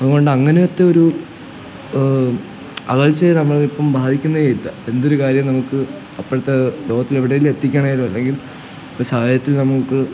അതുകൊണ്ട് അങ്ങനത്തെ ഒരു അകൽച്ചെ നമ്മളിപ്പോള് ഭാവിക്കുന്നേയില്ല എന്തൊരു കാര്യം നമുക്ക് അപ്പോഴത്തെ ലോകത്തിലെവിടെയെങ്കിലും എത്തിക്കണേല് അല്ലെങ്കിൽ ഒരു സാഹചര്യത്തിൽ നമുക്ക്